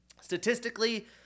Statistically